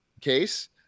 case